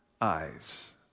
eyes